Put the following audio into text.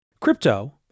crypto